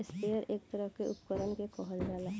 sprayer एक तरह के उपकरण के कहल जाला